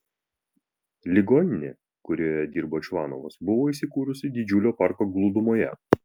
ligoninė kurioje dirbo čvanovas buvo įsikūrusi didžiulio parko glūdumoje